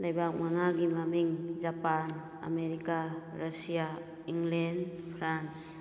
ꯂꯩꯕꯥꯛ ꯃꯉꯥꯒꯤ ꯃꯃꯤꯡ ꯖꯄꯥꯟ ꯑꯃꯦꯔꯤꯀꯥ ꯔꯁꯤꯌꯥ ꯏꯪꯂꯦꯟ ꯐ꯭ꯔꯥꯟꯁ